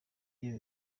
iyo